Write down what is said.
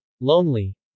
Lonely